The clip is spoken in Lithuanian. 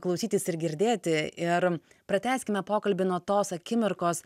klausytis ir girdėti ir pratęskime pokalbį nuo tos akimirkos